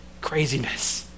Craziness